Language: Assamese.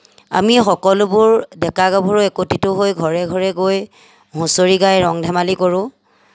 আমি সকলোবোৰ ডেকা গাভৰু একত্ৰিত হৈ ঘৰে ঘৰে গৈ হুঁচৰি গাই ৰং ধেমালি কৰোঁ